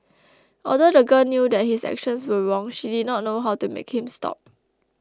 although the girl knew that his actions were wrong she did not know how to make him stop